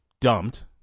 dumped